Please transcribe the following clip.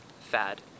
fad